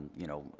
you know,